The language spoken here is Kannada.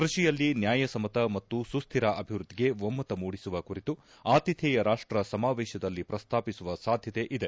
ಕೃಷಿಯಲ್ಲಿ ನ್ಯಾಯಸಮ್ಮತ ಮತ್ತು ಸುಕ್ಕಿರ ಅಭಿವೃದ್ಧಿಗೆ ಒಮ್ಮತ ಮೂಡಿಸುವ ಕುರಿತು ಆತಿಥೇಯ ರಾಷ್ಟ ಸಮಾವೇಶದಲ್ಲಿ ಪ್ರಸ್ತಾಪಿಸುವ ಸಾಧ್ಯತೆ ಇದೆ